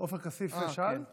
עופר כסיף שאל?